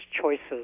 choices